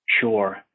Sure